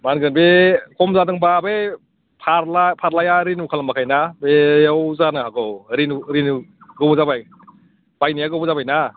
मा होनगोन बे खम जादोंब्ला बै फारला फारलाया रिनिउ खालामाखैना बेयाव जानो हागौ रिनिउ रिनिउ गोबाव जाबाय बायनाया गोबाव जाबाय ना